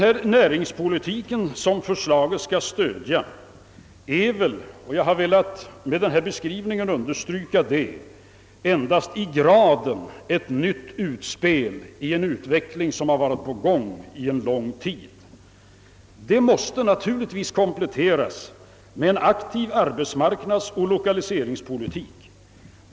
Den näringspolitik, som enligt förslaget skulle stödjas, är väl — och jag har med denna beskrivning velat understryka det — endast ett nytt utspel i en utveckling som redan varit på gång under lång tid. Denna åtgärd måste naturligtvis kompletteras med en aktiv arbetsmarknadsoch lokaliseringspolitik.